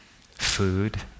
food